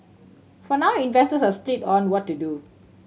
for now investors are split on what to do